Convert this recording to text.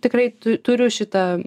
tikrai tu turiu šitą